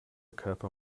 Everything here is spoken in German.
körper